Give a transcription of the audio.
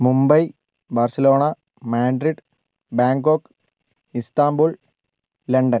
Mumbai Barcelona Madrid Bangkok Istanbul London